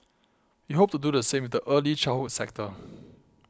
we hope to do the same with the early childhood sector